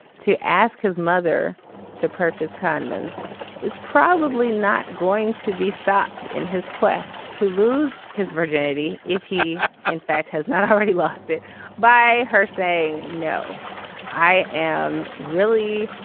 to ask his mother to purchase condoms is probably not going to be stopped in his quest to lose his virginity if he in and fact has not already lost it by her saying no i am really